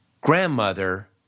grandmother